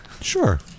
sure